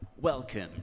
Welcome